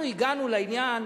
אנחנו הגענו לעניין